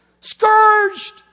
scourged